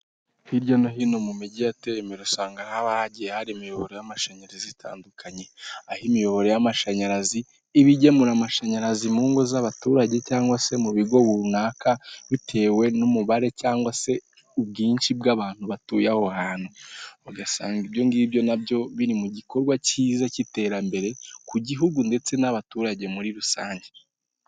Hirya no hino mu mujyi yateye imbere, usanga haba hagiye hari imiyoboro y'amashanyarazi itandukanye, aho imiyoboro y'amashanyarazi iba igemura amashanyarazi mu ingo z'abaturage cyangwa se mubigo runaka bitewe n'umubare cyangwase ubw'inshi bw'abantu batuye ahohantu, ugasanga ibyo ngibyo nabyo biri mugikorwa cyiza cy'iterambere ku gihugu ndetse n'abaturage muri rusange.